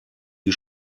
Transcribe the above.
die